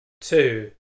Two